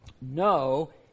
no